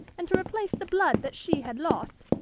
and to replace the blood that she had lost,